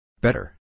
Better